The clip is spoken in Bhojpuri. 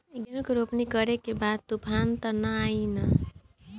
गेहूं के रोपनी करे के बा तूफान त ना आई न?